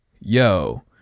yo